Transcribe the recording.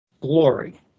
glory